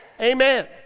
Amen